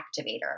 activator